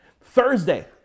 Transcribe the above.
Thursday